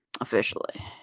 Officially